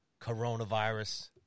coronavirus